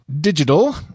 digital